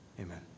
Amen